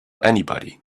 anybody